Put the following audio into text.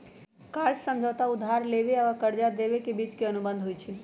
कर्जा समझौता उधार लेबेय आऽ कर्जा देबे के बीच के अनुबंध होइ छइ